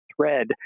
thread